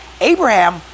Abraham